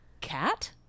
cat